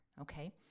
Okay